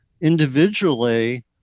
individually